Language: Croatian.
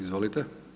Izvolite.